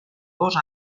dos